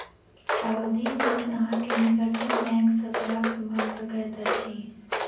सावधि ऋण अहाँ के निकटतम बैंक सॅ प्राप्त भ सकैत अछि